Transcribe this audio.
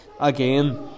again